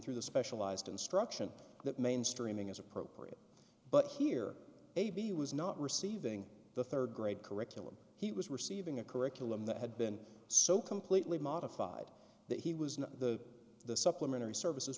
through the specialized instruction that mainstreaming is appropriate but here baby was not receiving the rd grade curriculum he was receiving a curriculum that had been so completely modified that he was not the supplementary services